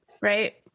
Right